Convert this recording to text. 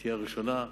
תהיה ראשונה,